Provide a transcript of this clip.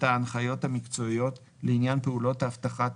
ההנחיות המקצועיות לעניין פעולות אבטחת